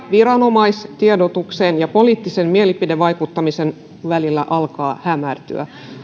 viranomaistiedotuksen ja poliittisen mielipidevaikuttamisen välillä alkaa hämärtyä